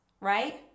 Right